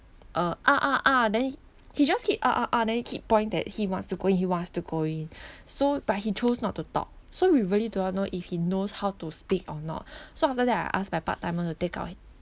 uh ah ah ah then he just keep ah ah ah then keep point that he wants to go in he wants to go in so but he chose not to talk so we really do not know if he knows how to speak or not so after that I ask my part timer to take out